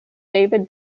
david